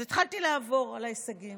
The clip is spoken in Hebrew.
אז התחלתי לעבור על ההישגים.